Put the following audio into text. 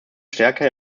stärker